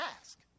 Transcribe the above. ask